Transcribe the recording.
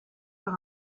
par